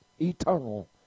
eternal